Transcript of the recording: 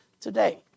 today